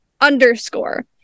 underscore